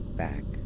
back